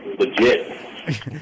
Legit